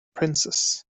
princess